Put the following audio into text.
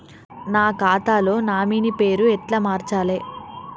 నా ఖాతా లో నామినీ పేరు ఎట్ల మార్చాలే?